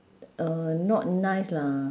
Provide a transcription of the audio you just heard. uh not nice lah